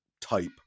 type